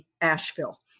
Asheville